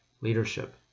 leadership